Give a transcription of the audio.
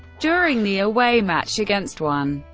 during the away match against one.